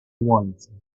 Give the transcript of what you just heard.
once